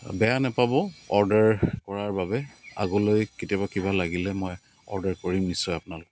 বেয়া নাপাব অৰ্ডাৰ কৰাৰ বাবে আগলৈ কেতিয়াবা কিবা লাগিলে মই অৰ্ডাৰ কৰিম নিশ্চয় আপোনালোকক